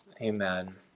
Amen